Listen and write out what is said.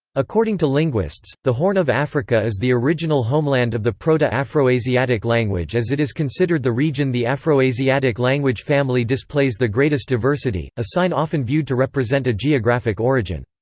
according to linguists, the horn of africa is the original homeland of the proto-afroasiatic language as it is considered the region the afroasiatic language family displays the greatest diversity, a sign often viewed to represent a geographic origin.